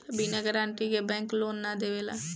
बिना गारंटी के bank loan ना देवेला